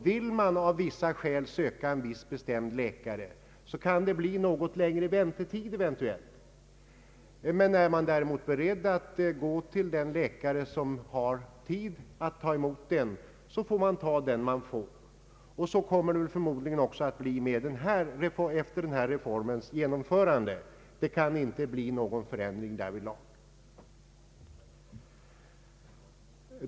Vill någon av vissa skäl besöka en bestämd läkare kan det eventuellt bli något längre väntetid. Är man däremot beredd att gå till den läkare som har tid att ta emot, måste man ta den man får. Så kommer det förmodligen också att bli efter denna reforms genomförande. Det kan inte bli någon förändring därvidlag.